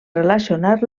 relacionar